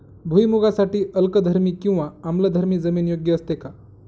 भुईमूगासाठी अल्कधर्मी किंवा आम्लधर्मी जमीन योग्य असते का?